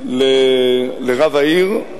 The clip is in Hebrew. לרב העיר,